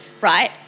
right